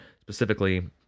specifically